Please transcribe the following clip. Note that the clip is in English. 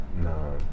no